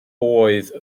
oedd